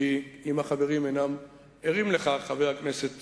כי אם החברים אינם ערים לכך, חבר הכנסת